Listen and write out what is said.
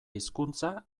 hizkuntza